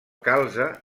calze